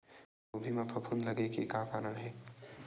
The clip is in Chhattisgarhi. गोभी म फफूंद लगे के का कारण हे?